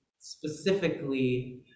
specifically